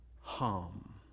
harm